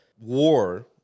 war